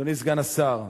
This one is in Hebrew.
אדוני סגן השר,